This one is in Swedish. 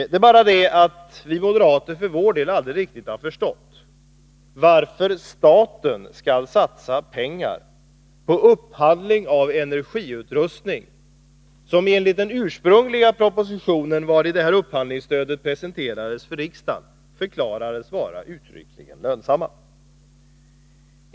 Det är bara det att vi moderater för vår del aldrig riktigt har förstått varför staten skall satsa pengar på upphandling av energiutrustning som enligt den ursprungliga propositionen, vari det här upphandlingsstödet presenterades för riksdagen, förklarades vara uttryckligen lönsam.